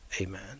Amen